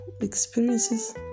experiences